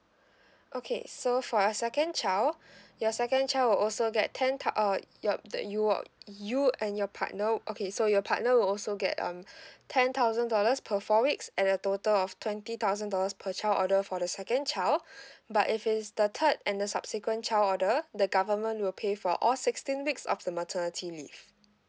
okay so for a second child your second child will also get ten thou~ uh your that you or you and your partner okay so your partner will also get um ten thousand dollars per four weeks at a total of twenty thousand dollars per child order for the second child but if is the third and the subsequent child order the government will pay for all sixteen weeks of the maternity leave